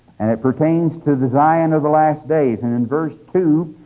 and it pertains to the zion of the last days, and in verse two,